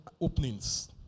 openings